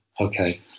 okay